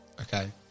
Okay